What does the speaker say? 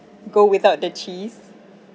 go without the cheese